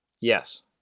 yes